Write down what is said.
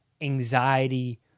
anxiety